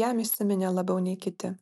jam įsiminė labiau nei kiti